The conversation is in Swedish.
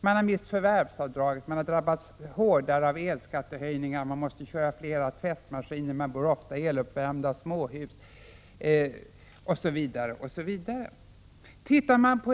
De har mist förvärvsavdraget, drabbats hårdare av elskattehöjningar eftersom de tvingas köra flera tvättmaskiner och ofta bor i eluppvärmda småhus osv.